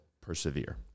persevere